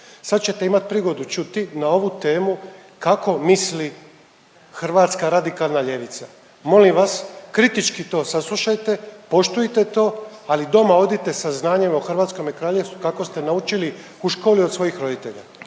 Sad ćete imati prigodu čuti na ovu temu kako misli hrvatska radikalna ljevica, molim vas kritički to saslušajte, poštujte to, ali doma odite sa znanjem o Hrvatskome kraljevstvu kako ste naučili u školi i od svojih roditelja.